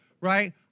right